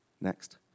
Next